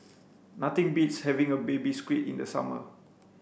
nothing beats having a baby squid in the summer